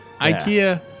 IKEA